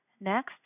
Next